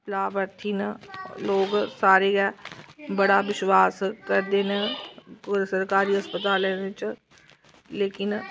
लाभार्थी न लोग सारे गै बड़ा विश्वास करदे न सरकारी अस्पतालें बिच्च लेकिन